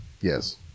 Yes